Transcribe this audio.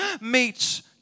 meets